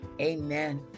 amen